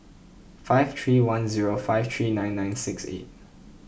five three one zero five three nine nine six eight